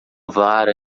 vara